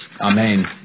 Amen